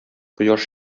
кояш